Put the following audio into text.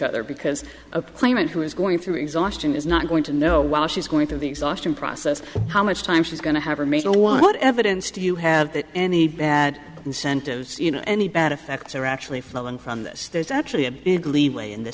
other because of the claimant who is going through exhaustion is not going to know while she's going through the exhaustion process how much time she's going to have are made or what evidence do you have that any bad incentives you know any bad effects are actually flowing from this there's actually a big lead away in th